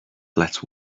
let